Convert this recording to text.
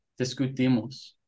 discutimos